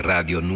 Radio